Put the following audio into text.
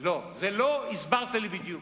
לא, לא הסברת לי בדיוק.